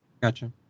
Gotcha